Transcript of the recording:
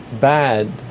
bad